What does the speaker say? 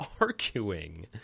arguing